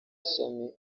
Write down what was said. ishami